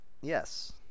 Yes